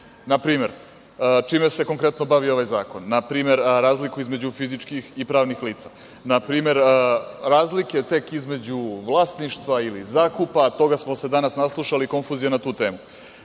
Na primer, čime se konkretno bavi ovaj zakon, na primer, razliku između fizičkih i pravnih lica, na primer razlike tek između vlasništva ili zakupa, toga smo se danas naslušali konfuzija na tu temu,